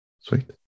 sweet